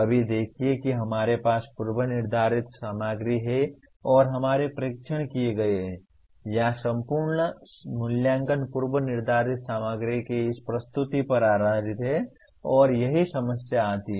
अभी देखिए कि हमारे पास पूर्वनिर्धारित सामग्री है और हमारे परीक्षण किए गए हैं या संपूर्ण मूल्यांकन पूर्व निर्धारित सामग्री की इस प्रस्तुति पर आधारित है और यहीं समस्या आती है